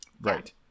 Right